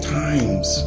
times